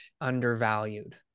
undervalued